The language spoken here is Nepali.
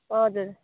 हजुर